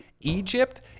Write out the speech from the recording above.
Egypt